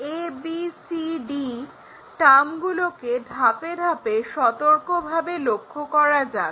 ABCD টার্মগুলোকে ধাপে ধাপে সতর্কভাবে লক্ষ্য করা যাক